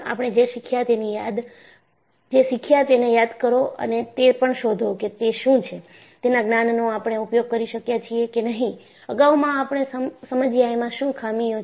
આપણે જે શીખ્યા તેની યાદ કરો અને એ પણ શોધો કે તે શું છે તેના જ્ઞાનનો આપણે ઉપયોગ કરી શક્યા છીએ કે નહી અગાઉમાં આપણે સમજયા એમાં શું ખામીઓ છે